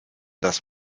das